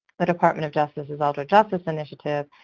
the department of justice's elder justice initiative.